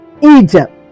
Egypt